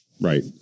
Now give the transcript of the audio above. Right